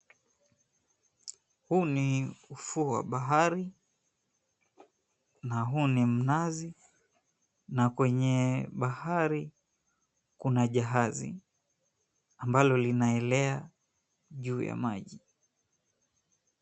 Huu ni ufuo wa bahari, na huu ni mnazi. Na kwenye bahari, kuna jahazi ambalo linaenea juu ya maji.